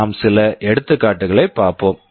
நாம் சில எடுத்துக்காட்டுகளை எடுப்போம்